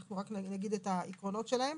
רק נגיד את העקרונות שלהם.